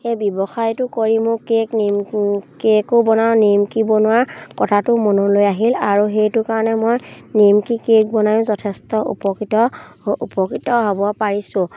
সেই ব্যৱসায়টো কৰি মোৰ কেক নিম কেকো বনাওঁ নিমকি বনোৱাৰ কথাটো মনলৈ আহিল আৰু সেইটো কাৰণে মই নিমকি কেক বনাইও যথেষ্ট উপকৃত উপকৃত হ'ব পাৰিছোঁ